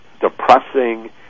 depressing